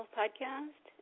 podcast